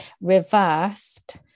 reversed